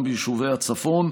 ביישובי הצפון.